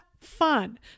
fun